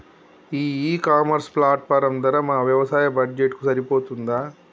ఈ e commerce platform ధర మా వ్యవసాయ బడ్జెట్ కు సరిపోతుందా?